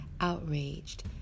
outraged